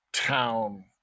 town